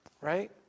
Right